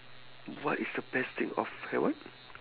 what is the best thing of have what